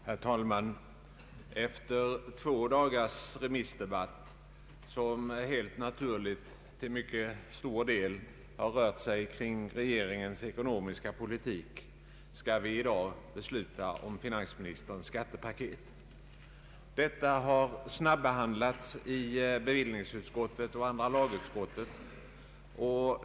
Herr talman! Efter två dagars allmändebatt, som helt naturligt till mycket stor del rört sig kring regeringens ekonomiska politik, skall vi i dag besluta om finansministerns skattepaket. Detta har snabbbehandlats i beredningsutskottet och andra lagutskottet.